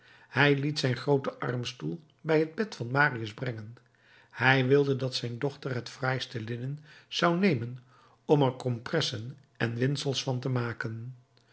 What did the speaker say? hij liet zijn grooten armstoel bij het bed van marius brengen hij wilde dat zijn dochter het fraaiste linnen zou nemen om er compressen en windsels van te maken